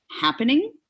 happening